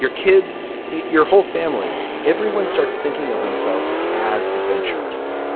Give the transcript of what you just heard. your kids your whole family. everyone starts thinking of themselves as adventures.